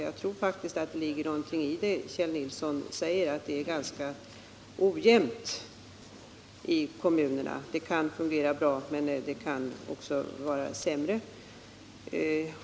Jag tror faktiskt att det ligger någonting i det som Kjell Nilsson säger, att det är ganska ojämnt i kommunerna, så att det fungerar bra i en del fall men sämre i andra.